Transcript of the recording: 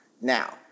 Now